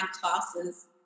classes